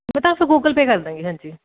ਪਤਾ ਫ਼ਿਰ Google Pay ਕਰਦਾਂਗੀ ਹਾਂਜੀ